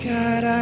God